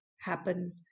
happen